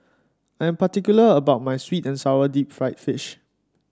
I'm particular about my sweet and sour Deep Fried Fish